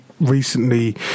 recently